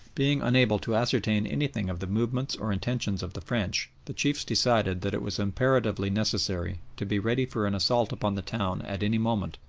being unable to ascertain anything of the movements or intentions of the french, the chiefs decided that it was imperatively necessary to be ready for an assault upon the town at any moment.